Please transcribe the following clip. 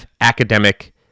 academic